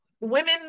women